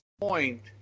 point